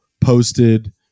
posted